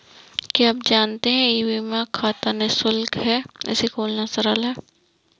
क्या आप जानते है ई बीमा खाता निशुल्क है, इसे खोलना सरल है?